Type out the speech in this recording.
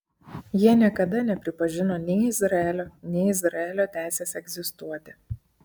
jie niekada nepripažino nei izraelio nei izraelio teisės egzistuoti